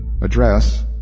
Address